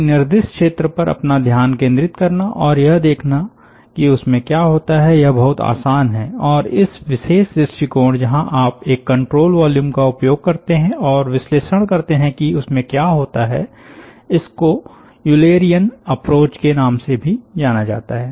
एक निर्दिष्ट क्षेत्र पर अपना ध्यान केंद्रित करना और यह देखना कि उसमे क्या होता है यह बहुत आसान है और इस विशेष दृष्टिकोण जहां आप एक कंट्रोल वॉल्यूम का उपयोग करते हैं और विश्लेषण करते हैं कि उसमे क्या होता है इसको यूलेरियन अप्रोच के नाम से भी जाना जाता है